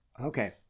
Okay